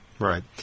Right